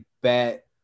bet